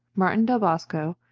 martin del bosco,